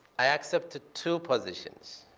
i accepted two positions.